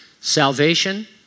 Salvation